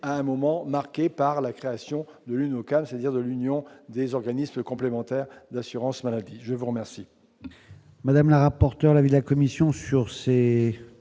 un moment marqué par la création de l'Unocal, c'est-à-dire de l'Union des organismes complémentaires d'assurance maladie, je vous remercie.